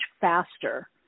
faster